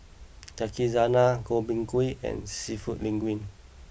Yakizakana Gobchang Gui and Seafood Linguine